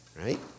right